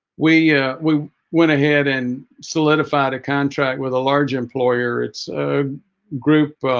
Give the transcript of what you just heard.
we yeah we went ahead and solidified a contract with a large employer it's a group